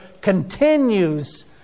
continues